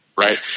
right